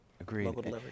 Agreed